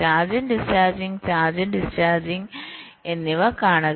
charging discharging charging discharging charging discharging എന്നിവ കാണുക